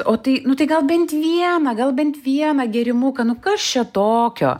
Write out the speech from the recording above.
o tai nu tai gal bent vieną gal bent vieną gėrimuką nu kas čia tokio